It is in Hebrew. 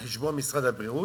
על חשבון משרד הבריאות,